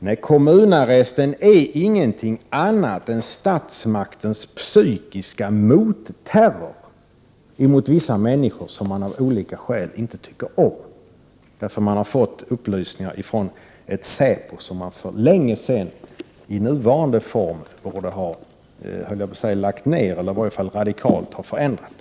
Nej, kommunarresten är ingenting annat än statsmaktens psykiska motterror mot vissa människor som man av olika skäl inte tycker om därför att man har fått upplysningar från ett säpo som för länge sedan i dess nuvarande form borde ha lagts ned eller i varje radikalt ha förändrats.